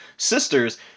sisters